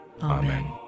Amen